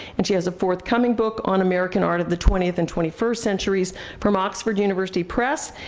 and she has a forthcoming book on american art of the twentieth and twenty first centuries from oxford university press,